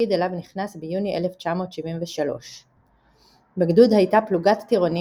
תפקיד אליו נכנס ביוני 1973. בגדוד הייתה פלוגת טירונים